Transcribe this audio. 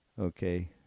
okay